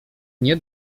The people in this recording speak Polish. nie